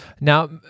Now